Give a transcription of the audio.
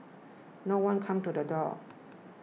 no one came to the door